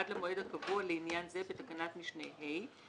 עד למועד הקבוע לעניין זה בתקנת משנה (ה),